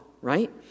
right